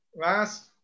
last